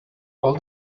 all